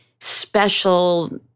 special